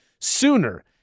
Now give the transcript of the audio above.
sooner